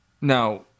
Now